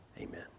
Amen